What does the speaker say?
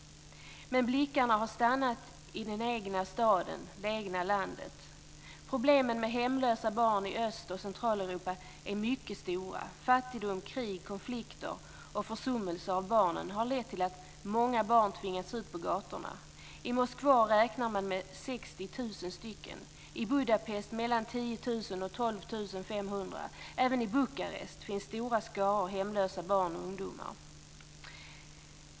Men blickarna har stannat i den egna staden och det egna landet. Problemen med hemlösa barn i Öst och Centraleuropa är mycket stora. Fattigdom, krig, konflikter och försummelser av barnen har lett till att många barn tvingats ut på gatorna. I Moskva räknar man med 60 000 stycken, i Budapest mellan 10 000 och 12 500. Även i Bukarest finns stora skaror hemlösa barn och ungdomar.